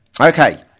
Okay